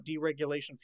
deregulation